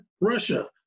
Russia